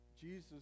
Jesus